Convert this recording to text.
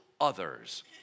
others